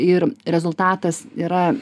ir rezultatas yra